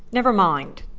never mind.